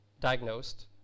diagnosed